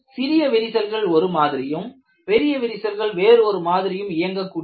சிறிய விரிசல்கள் ஒரு மாதிரியும் பெரிய விரிசல்கள் வேறு ஒரு மாதிரியும் இயங்க கூடியவை